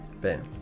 Bam